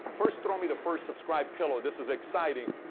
first, throw me the first subscribe pillow. this is exciting.